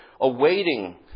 awaiting